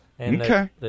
Okay